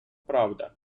правда